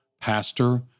pastor